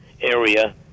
area